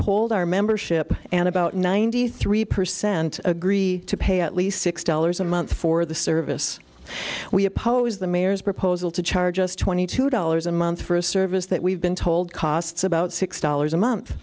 polled our membership and about ninety three percent agree to pay at least six dollars a month for the service we oppose the mayor's proposal to charge us twenty two dollars a month for a service that we've been told costs about six dollars a month